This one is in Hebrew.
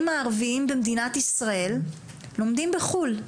הערביים במדינת ישראל לומדים בחו"ל.